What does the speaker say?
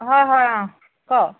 হয় হয় অ ক'